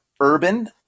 Urban